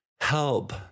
help